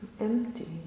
Empty